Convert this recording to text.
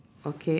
okay